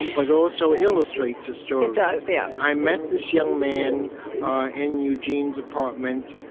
but also illustrates a story it does. yeah i met this young man in eugene's apartment,